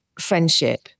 friendship